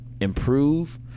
improve